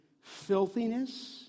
filthiness